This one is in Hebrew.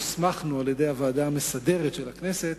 הוסמכנו על-ידי הוועדה המסדרת של הכנסת